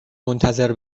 منتظر